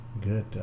good